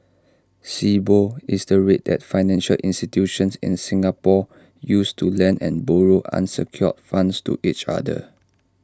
Sibor is the rate that financial institutions in Singapore use to lend and borrow unsecured funds to each other